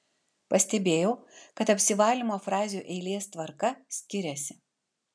pastebėjau kad apsivalymo frazių eilės tvarka skiriasi